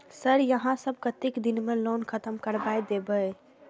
Sir यहाँ सब कतेक दिन में लोन खत्म करबाए देबे?